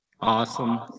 Awesome